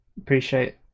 Appreciate